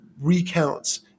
recounts